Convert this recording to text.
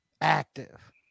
active